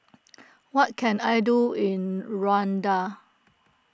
what can I do in Rwanda